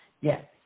yes